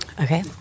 Okay